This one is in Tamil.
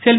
செல்வி